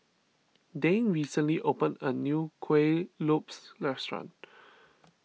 Dane recently opened a new Kuih Lopes restaurant